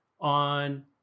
on